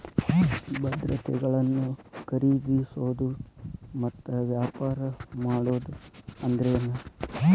ಭದ್ರತೆಗಳನ್ನ ಖರೇದಿಸೋದು ಮತ್ತ ವ್ಯಾಪಾರ ಮಾಡೋದ್ ಅಂದ್ರೆನ